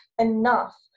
enough